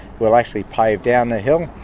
we'll actually pave down the hill.